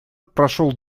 прошел